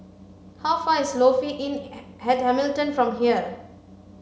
how far is Lofi Inn at Hamilton from here